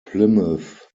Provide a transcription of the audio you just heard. plymouth